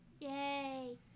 Yay